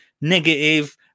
negative